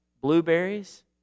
blueberries